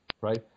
right